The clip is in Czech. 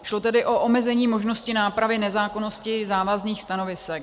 Šlo tedy o omezení možnosti nápravy nezákonnosti závazných stanovisek.